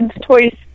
toys